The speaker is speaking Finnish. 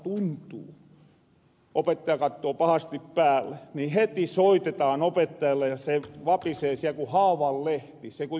kun opettaja kattoo pahasti päälle ni heti soitetahan opettajalle ja se vapisee siel ku haavan lehti